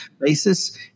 basis